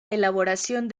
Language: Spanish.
elaboración